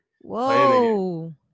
Whoa